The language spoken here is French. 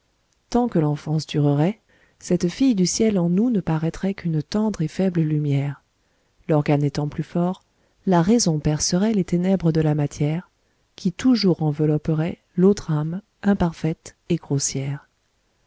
tant que l'enfance durerait cette fille du ciel en nous ne paraîtrait qu'une tendre et faible lumière l'organe étant plus fort la raison percerait les ténèbres de la matière qui toujours envelopperait l'autre âme imparfaite et grossière